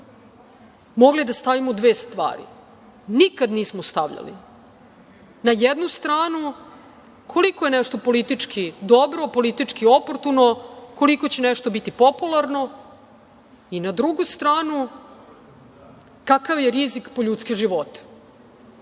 mogli da stavimo dve stvari. Nikad nismo stavljali na jednu stranu koliko je nešto politički dobro, politički oportuno, koliko će nešto biti popularno i na drugu stranu kakav je rizik po ljudske živote